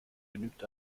genügt